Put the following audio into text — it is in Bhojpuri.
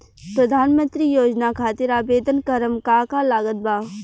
प्रधानमंत्री योजना खातिर आवेदन करम का का लागत बा?